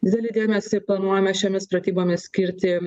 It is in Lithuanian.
didelį dėmesį planuojame šiomis pratybomis skirti